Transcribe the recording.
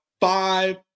five